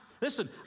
Listen